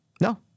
No